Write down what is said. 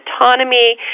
autonomy